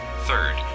third